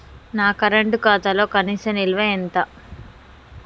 నా కరెంట్ ఖాతాలో కనీస నిల్వ ఎంత?